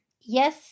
Yes